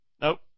Nope